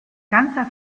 ganzer